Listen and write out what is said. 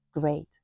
great